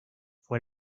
fue